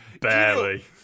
barely